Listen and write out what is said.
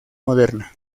moderna